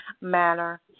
manner